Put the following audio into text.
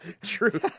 True